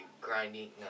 grinding